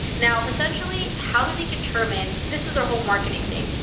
now, essentially, how do they determine. this is their whole marketing thing.